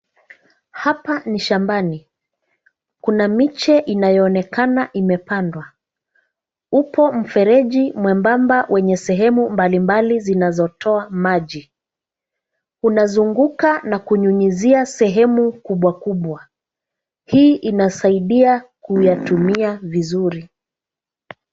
Hapa ni shambani. Kuna miche inayoonekana imepandwa. Upo mfereji mwebamba wenye sehemu mbalimbali zinazotoa maji. Unazunguka na kunyunyizia sehemu kubwa kubwa. Hii inasaidia kuyatumia vizuri.